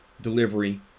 delivery